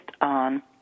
on